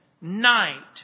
night